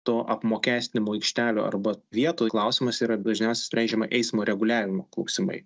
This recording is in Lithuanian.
to apmokestinimo aikštelių arba vietoj klausimas yra dažniausiai sprendžiama eismo reguliavimo klausimai